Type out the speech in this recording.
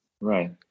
Right